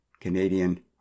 Canadian